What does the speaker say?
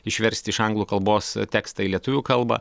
išversti iš anglų kalbos tekstą į lietuvių kalbą